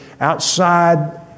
outside